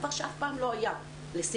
דבר שאף פעם לא היה לשמחתי.